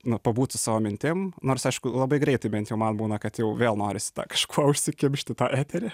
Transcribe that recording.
nu pabūt su savo mintim nors aišku labai greitai bent jau man būna kad jau vėl noris kažkuo užsikimšti tą eterį